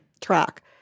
track